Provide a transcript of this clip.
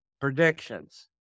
Predictions